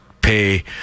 pay